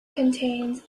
contains